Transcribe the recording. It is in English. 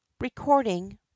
Recording